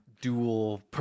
dual